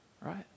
right